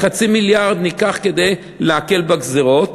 ו-0.5 מיליארד ניקח כדי להקל בגזירות,